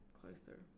closer